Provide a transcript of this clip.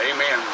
Amen